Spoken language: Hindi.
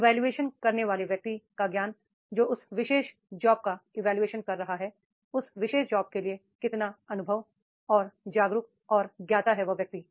इवोल्यूशन करने वाले व्यक्ति का ज्ञान जो उस विशेष जॉब का इवोल्यूशन कर रहा है उस विशेष जॉब के लिए कितना अनुभव और जागरूक और ज्ञाता है वह व्यक्ति